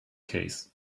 case